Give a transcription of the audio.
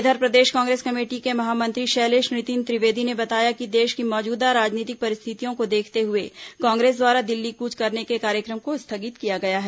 इधर प्रदेश कांग्रेस कमेटी के महामंत्री शैलेष नितिन त्रिवेदी ने बताया कि देश की मौजूदा राजनीतिक परिस्थितियों को देखते हुए कांग्रेस द्वारा दिल्ली कूच करने के कार्यक्रम को स्थगित किया गया है